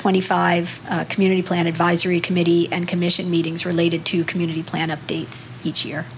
twenty five community plan advisory committee and commission meetings related to community plan updates each year